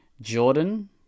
Jordan